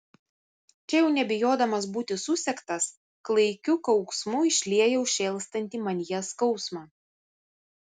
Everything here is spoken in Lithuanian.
čia jau nebijodamas būti susektas klaikiu kauksmu išliejau šėlstantį manyje skausmą